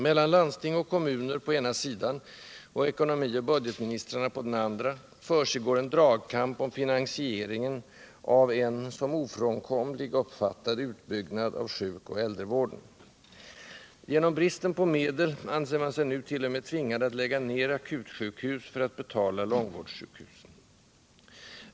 Mellan landsting och kommuner på den ena sidan och ekonomi och budgetministrarna på den andra försiggår en dragkamp om finansieringen av en som ofrånkomlig uppfattad utbyggnad av sjuk och äldrevården. Genom bristen på medel anser man sig nu t.o.m. tvingad att lägga ned akutsjukhus för att betala långvårdssjukhus.